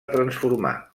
transformar